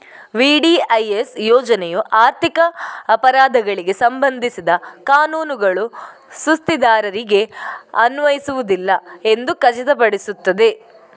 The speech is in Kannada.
ವಿ.ಡಿ.ಐ.ಎಸ್ ಯೋಜನೆಯು ಆರ್ಥಿಕ ಅಪರಾಧಗಳಿಗೆ ಸಂಬಂಧಿಸಿದ ಕಾನೂನುಗಳು ಸುಸ್ತಿದಾರರಿಗೆ ಅನ್ವಯಿಸುವುದಿಲ್ಲ ಎಂದು ಖಚಿತಪಡಿಸುತ್ತದೆ